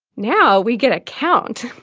now we get a count.